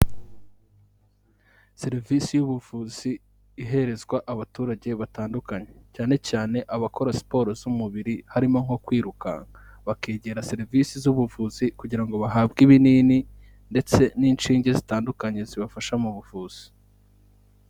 Serivisi y'ubuvuzi ihezwa abaturage batandukanye. Cyane cyane abakora siporo z'umubiri harimo nko kwirukanka. Bakegera serivisi z'ubuvuzi kugira ngo bahabwe ibinini, ndetse n'inshinge zitandukanye zibafasha mu buvuzi.